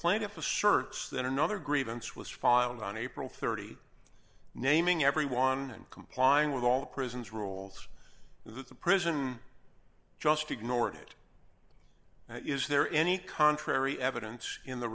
plaintiff asserts that another grievance was filed on april thirty naming everyone complying with all the prisons rules this is a prison just ignore it is there any contrary evidence in the